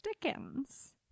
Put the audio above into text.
Dickens